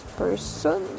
person